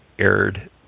aired